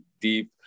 deep